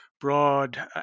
broad